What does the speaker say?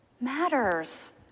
matters